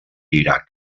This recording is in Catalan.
iraq